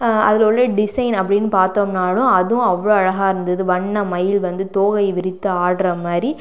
அதில் உள்ள டிசைன் அப்படின்னு பார்த்தோம்னாலும் அதுவும் அவ்வளோ அழகாக இருந்துது வண்ண மயில் வந்து தோகை விரித்து ஆடுற மாரி